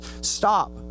Stop